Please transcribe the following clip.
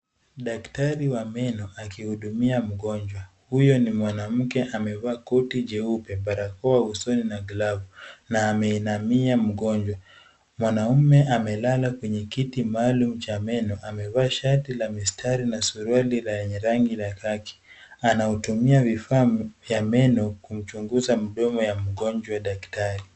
Daktari wa meno akihudumia mgonjwa. Huyu ni mwanamke amevaa koti jeupe, balakoa usoni na glove na ameinamia mgonjwa. Mwanaume amelala kwenye kiti maalum cha meno. Amevaa shati la mistari na suruali lenye rangi ya kaki. Anatumia vifaa vya meno, kumchunguza mdomo ya mgonjwa daktari.